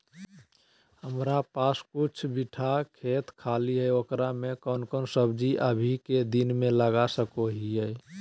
हमारा पास कुछ बिठा खेत खाली है ओकरा में कौन कौन सब्जी अभी के दिन में लगा सको हियय?